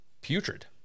putrid